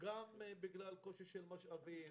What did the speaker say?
גם בגלל קושי של משאבים,